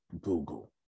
Google